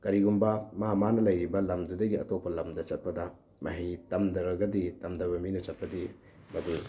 ꯀꯔꯤꯒꯨꯝꯕ ꯃꯥ ꯃꯥꯅ ꯂꯩꯔꯤꯕ ꯂꯝꯗꯨꯗꯒꯤ ꯑꯇꯣꯞꯄ ꯂꯝꯗ ꯆꯠꯄꯗ ꯃꯍꯩ ꯇꯝꯗ꯭ꯔꯒꯗꯤ ꯇꯝꯗꯕ ꯃꯤꯅ ꯆꯠꯄꯗꯤ ꯃꯗꯨ